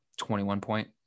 21-point